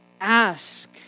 ask